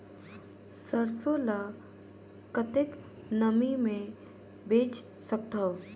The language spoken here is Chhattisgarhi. सरसो ल कतेक नमी मे बेच सकथव?